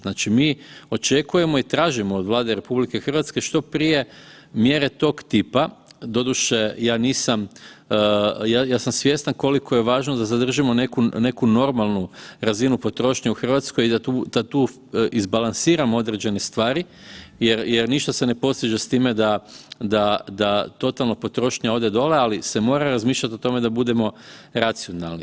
Znači mi očekujemo i tražimo od Vlade RH što prije mjere tog tipa, doduše ja sam svjestan koliko je važno da zadržimo neku normalnu razinu potrošnje u Hrvatskoj i da tu izbalansiramo određene stvari jer ništa se ne postiže s time da totalna potrošnja ode dole, ali se mora razmišljati o tome da budemo racionalni.